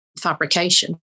fabrication